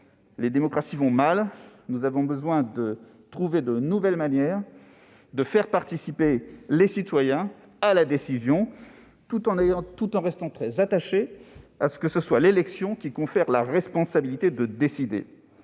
Les démocraties vont mal. Nous avons besoin de trouver de nouvelles manières de faire participer les citoyens à la décision, tout en restant très attachés à ce que ce soit l'élection qui confère la responsabilité de décider.